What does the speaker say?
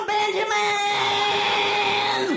Benjamin